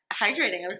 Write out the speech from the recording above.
hydrating